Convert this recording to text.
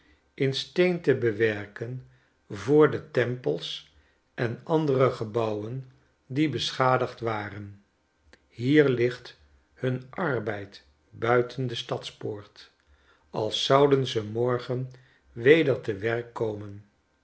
steen te bewerken voor de tempels en andere gebouwen die beschadigd waren hier ligt hun arbeid buiten de stadspoort als zouden ze morgen weder te werk komen